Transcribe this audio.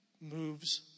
moves